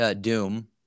Doom